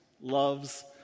Loves